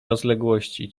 rozległości